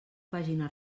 pàgina